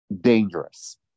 dangerous